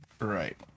Right